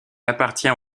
appartient